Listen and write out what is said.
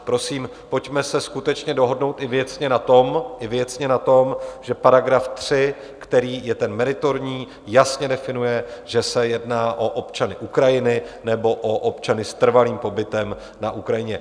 Prosím, pojďme se skutečně dohodnout i věcně na tom, že § 3, který je ten meritorní, jasně definuje, že se jedná o občany Ukrajiny nebo o občany s trvalým pobytem na Ukrajině.